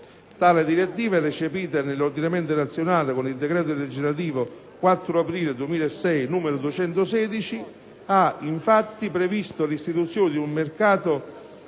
Tale direttiva, recepita nell'ordinamento nazionale con il decreto legislativo 4 aprile 2006, n. 216, ha infatti previsto l'istituzione di un mercato